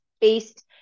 based